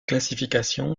classification